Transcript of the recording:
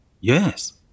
Yes